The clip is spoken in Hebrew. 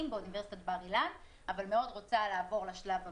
באוניברסיטת בר אילן אבל מאוד רוצה לעבור לשלב הבא.